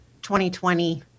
2020